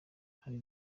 hari